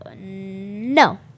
No